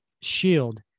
shield